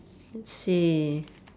let's see